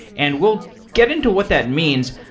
and we'll get into what that means.